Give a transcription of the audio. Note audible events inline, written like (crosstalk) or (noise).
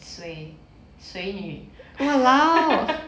水水女 (laughs)